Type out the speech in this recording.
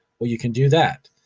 but you can do that.